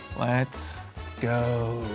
let's go.